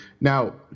Now